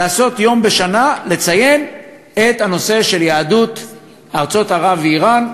לעשות יום בשנה לציון הנושא של יהדות ארצות ערב ואיראן.